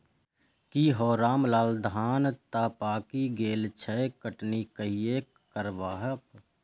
की हौ रामलाल, धान तं पाकि गेल छह, कटनी कहिया करबहक?